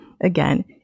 Again